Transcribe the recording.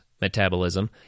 metabolism